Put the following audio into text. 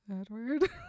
Edward